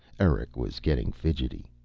eric was getting fidgety.